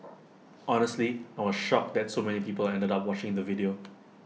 honestly I was shocked that so many people ended up watching the video